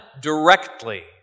directly